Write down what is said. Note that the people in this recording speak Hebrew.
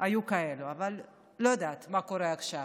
היו כאלה, אבל אני לא יודעת מה קורה עכשיו,